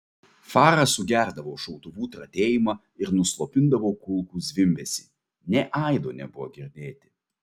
fara sugerdavo šautuvų tratėjimą ir nuslopindavo kulkų zvimbesį nė aido nebuvo girdėti